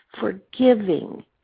forgiving